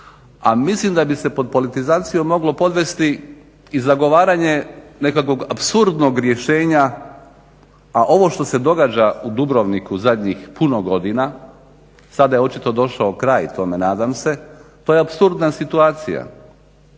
a mislim da bi se pod politizacijom moglo podvesti i zagovaranje nekakvog apsurdnog rješenja a ovo što se događa u Dubrovniku zadnjih puno godina sada je očito došao kraj tome, nadam se, to je apsurdna situacija.